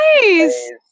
Nice